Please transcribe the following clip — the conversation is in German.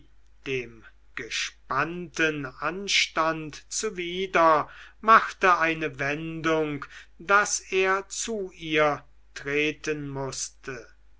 dem gespannten anstand zuwider machte eine wendung daß er zu ihr treten mußte